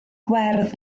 werdd